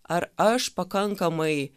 ar aš pakankamai